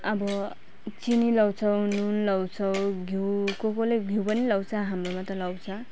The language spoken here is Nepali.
अब चिनी लगाउँछौँ नुन लगाउँछौँ घिउ को कोले घिउ पनि लगाउँछ हाम्रोमा त लगाउँछ